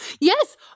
Yes